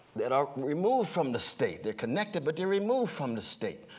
that are removed from the state, they're connected but they're removed from the state.